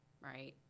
right